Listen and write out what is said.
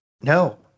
no